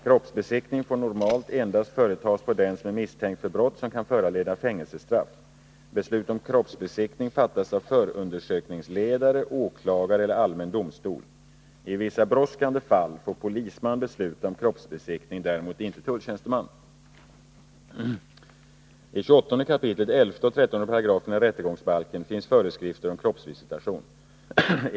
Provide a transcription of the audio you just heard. Kroppsbesiktning får normalt endast företas på den som är misstänkt för brott som kan föranleda fängelsestraff. Beslut om kroppsbesiktning fattas av förundersökningsledare, åklagare eller allmän domstol. I vissa brådskande fall får polisman besluta om kroppsbesiktning. Däremot inte tulltjänsteman. I 28 kap. 11 och 13 §§ rättegångsbalken finns föreskrifter om kroppsvisitation.